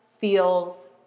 feels